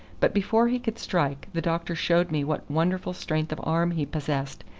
but before he could strike, the doctor showed me what wonderful strength of arm he possessed,